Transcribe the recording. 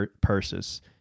purses